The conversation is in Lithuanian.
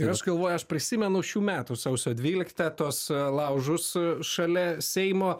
ir aš galvoju aš prisimenu šių metų sausio dvyliktą tuos laužus šalia seimo